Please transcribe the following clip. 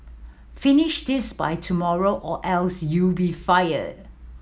finish this by tomorrow or else you'll be fired